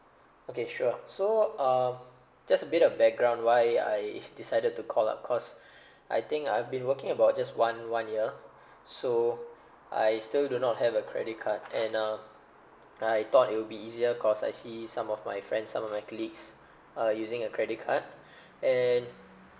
okay sure so uh just a bit of background why I decided to call up cause I think I've been working about just one one year so I still do not have a credit card and uh I thought it will be easier cause I see some of my friends some of my colleagues uh using a credit card and